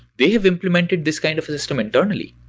they've implemented this kind of system internally.